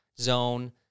zone